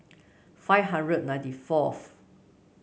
five hundred ninety fourth